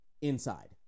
inside